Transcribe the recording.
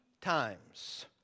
times